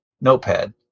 Notepad